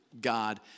God